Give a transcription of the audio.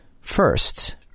First